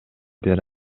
бере